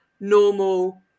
normal